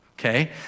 Okay